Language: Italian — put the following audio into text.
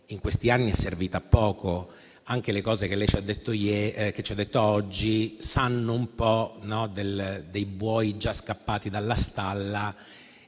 in questi anni è servita a poco; anche le cose che lei ci ha detto oggi sanno un po' dei buoi già scappati dalla stalla.